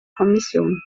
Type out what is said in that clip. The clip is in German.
kommission